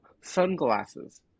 sunglasses